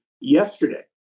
yesterday